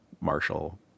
Marshall